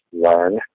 learn